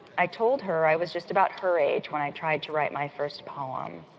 i told her i was just about her age when i tried to write my first poem.